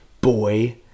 boy